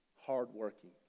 hardworking